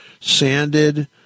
sanded